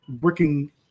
working